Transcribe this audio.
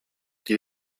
die